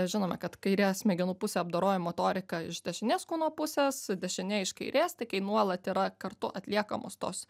žinome kad kairė smegenų pusė apdoroja motoriką iš dešinės kūno pusės dešinė iš kairės tai kai nuolat yra kartu atliekamos tos